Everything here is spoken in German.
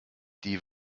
die